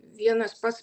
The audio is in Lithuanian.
vienas pas